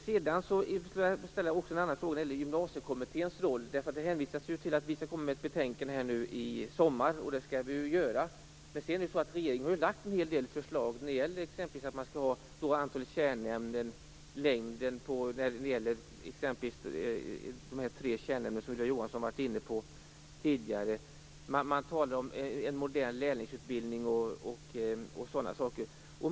Jag har en annan fråga gällande Gymnasiekommitténs roll. Det hänvisas till att kommittén skall komma med ett betänkande i sommar. Det skall vi i kommittén göra. Regeringen har lagt fram en hel del förslag om exempelvis antalet kärnämnen, längden på de tre kärnämnena, som Ylva Johansson har varit inne på tidigare. Man talar om en modell med lärlingsutbildning och sådana saker.